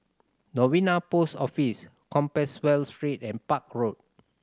Novena Post Office Compassvale Street and Park Road